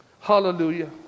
Hallelujah